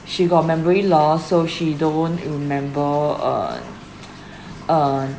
she got memory loss so she don't remember uh uh